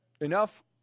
enough